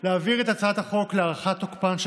להעביר את הצעת החוק להארכת תוקפן של